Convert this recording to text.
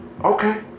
okay